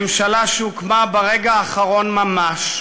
ממשלה שהוקמה ברגע האחרון ממש,